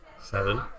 Seven